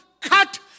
cut